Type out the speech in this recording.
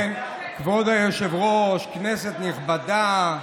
כבוד היושב-ראש, כנסת נכבדה,